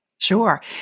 Sure